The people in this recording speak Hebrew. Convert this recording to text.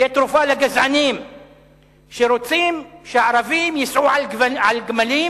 כתרופה לגזענים שרוצים שהערבים ייסעו על גמלים